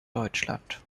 deutschland